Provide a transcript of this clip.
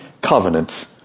covenant